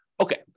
Okay